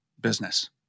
business